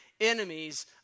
enemies